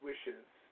wishes